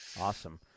Awesome